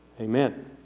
Amen